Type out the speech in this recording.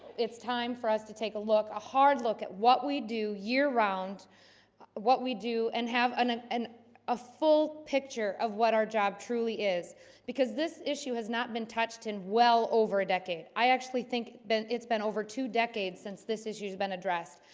it's time for us to take a look a hard look at what we do year-round what we do and have a and a full picture of what our job truly is because this issue has not been touched in well over a decade i actually think it's been over two decades since this issues been addressed.